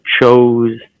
chose